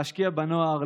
להשקיע בנוער,